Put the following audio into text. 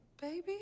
baby